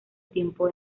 tiempo